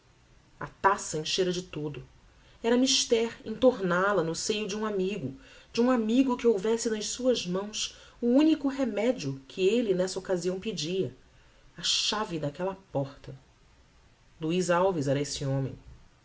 a taça enchera de todo era mister entornal a no seio de um amigo de um amigo que houvesse nas suas mãos o unico remedio que elle nessa occasião pedia a chave daquella porta luiz alves era esse homem